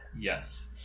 Yes